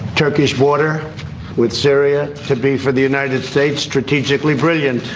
turkish border with syria to be for the united states strategically brilliant.